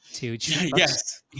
Yes